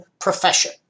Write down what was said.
profession